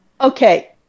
Okay